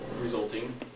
resulting